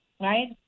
right